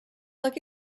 like